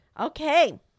Okay